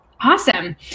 Awesome